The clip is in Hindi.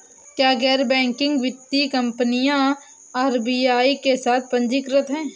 क्या गैर बैंकिंग वित्तीय कंपनियां आर.बी.आई के साथ पंजीकृत हैं?